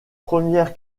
première